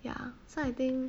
ya so I think